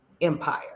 empire